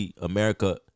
America